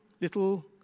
little